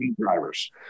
drivers